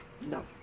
No